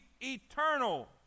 eternal